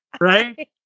Right